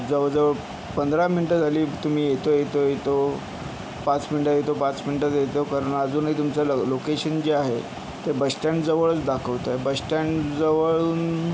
जवळजवळ पंधरा मिनिटं झाली तुम्ही येतो येतो येतो पाच मिनिटात येतो पाच मिनिटात येतो करून अजूनही तुमचं ल लोकेशन जे आहे ते बस स्टँडजवळच दाखवतं आहे बस स्टॅन्डजवळून